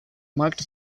marked